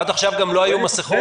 עד עכשיו גם לא היו מסכות.